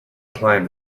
climbed